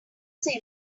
say